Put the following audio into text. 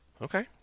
Okay